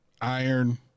Iron